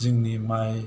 जोंनि माइ